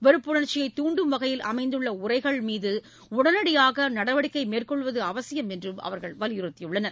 வெறுப்புணர்ச்சியைத் தூண்டும் வகையில் அமைந்துள்ள உரைகள் மீது உடனடியாக நடவடிக்கை மேற்கொள்வது அவசியம் என்று அவர்கள் வலியுறுத்தியுள்ளனர்